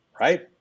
right